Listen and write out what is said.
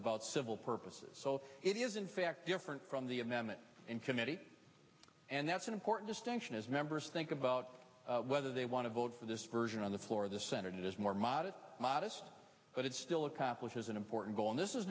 about civil purposes so it is in fact different from the m m it in committee and that's an important distinction as members think about whether they want to vote for this version on the floor of the senate is more modest modest but it still accomplishes an important goal and this is